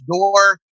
door